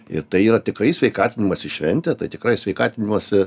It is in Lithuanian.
ir tai yra tikrai sveikatinimosi šventė tai tikrai sveikatinimosi